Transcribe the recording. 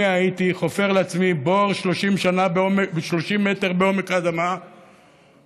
אני הייתי חופר לעצמי בור 30 מטר בעומק האדמה ולא